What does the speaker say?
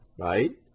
right